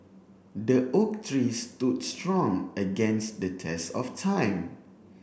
the oak tree stood strong against the test of time